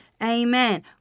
Amen